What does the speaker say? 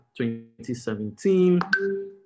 2017